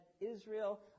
Israel